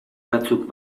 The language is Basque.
batzuk